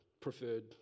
preferred